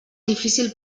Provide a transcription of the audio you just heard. difícil